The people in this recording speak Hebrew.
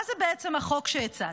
מה זה בעצם החוק שהצעתי?